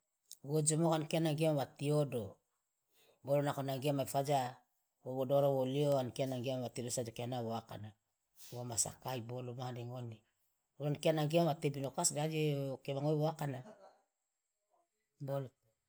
wo ojomoka an kia nanga giama wa tiodo bolo nako nanga giama ifaja wo doro wo lio ankia nanga giama wa tiodosi aje kiana wa akana woma sakai bolo maha de ngone lo ankia nanga giama wa tebinokasi de aje okia ma ngoe wa akana boloto.